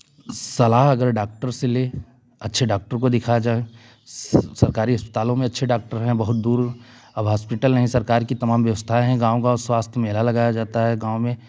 सलाह अगर डॉक्टर से लें अच्छे डॉक्टर को दिखाया जाए सरकारी अस्पतालों में अच्छे डॉक्टर हैं बहुत दूर अब हॉस्पिटल हैं सरकार की तमाम व्यवस्थाएँ हैं गाँव गाँव स्वास्थ्य मेला लगाया जाता है गाँव में